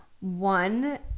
one